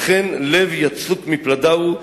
אכן לב יצוק מפלדה הוא,